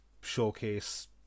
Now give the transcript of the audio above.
showcase